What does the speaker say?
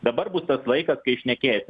dabar bus tas laikas kai šnekėsim